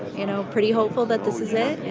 you know pretty hopeful that this is it.